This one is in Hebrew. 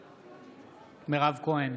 בעד מירב כהן,